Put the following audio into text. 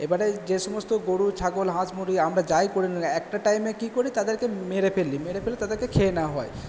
এবারে যে সমস্ত গরু ছাগল হাঁস মুরগি আমরা যাই করি না একটা টাইমে কি করি তাদেরকে মেরে ফেলি মেরে ফেলে তাদেরকে খেয়ে নেওয়া হয়